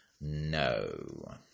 No